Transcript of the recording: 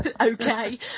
okay